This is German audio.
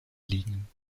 liegen